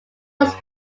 was